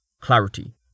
Clarity